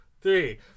three